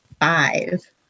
Five